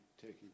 taking